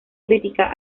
crítica